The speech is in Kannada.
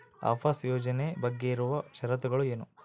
ಆವಾಸ್ ಯೋಜನೆ ಬಗ್ಗೆ ಇರುವ ಶರತ್ತುಗಳು ಏನು?